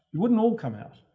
it wouldn't all come out.